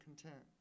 content